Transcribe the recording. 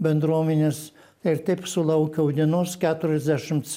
bendruomenės ir taip sulaukiau dienos keturiasdešimts